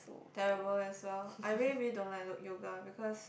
terrible as well I really really don't like look yoga because